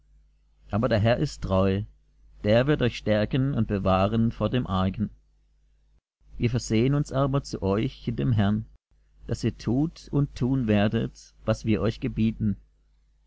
aber der herr ist treu der wird euch stärken und bewahren vor dem argen wir versehen uns aber zu euch in dem herrn daß ihr tut und tun werdet was wir euch gebieten